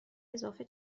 اضافه